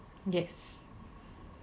yes